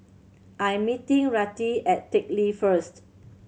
I'm meeting Rettie at Teck Lee first